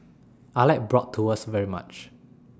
I like Bratwurst very much